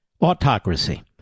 autocracy